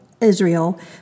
Israel